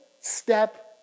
step